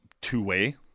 two-way